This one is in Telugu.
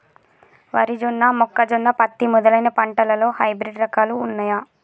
వరి జొన్న మొక్కజొన్న పత్తి మొదలైన పంటలలో హైబ్రిడ్ రకాలు ఉన్నయా?